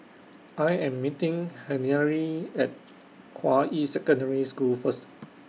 I Am meeting Henery At Hua Yi Secondary School First